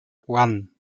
one